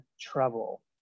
trouble